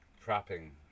trapping